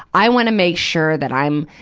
i wanna make sure that i'm,